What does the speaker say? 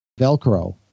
Velcro